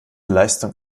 leistung